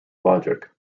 logic